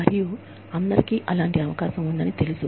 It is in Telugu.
మరియు అందరికి అలాంటి అవకాశం ఉందని తెలుసు